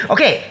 Okay